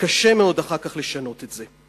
וקשה מאוד אחר כך לשנות את זה.